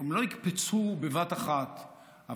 והם לא יקפצו בבת אחת,